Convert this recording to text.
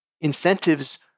Incentives